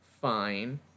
fine